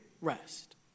rest